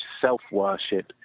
self-worship